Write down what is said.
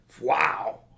wow